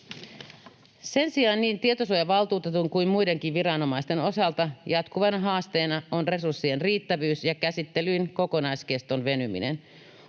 Sen sijaan niin tietosuojavaltuutetun kuin muidenkin viranomaisten osalta jatkuvana haasteena on resurssien riittävyys ja käsittelyn kokonaiskeston venyminen.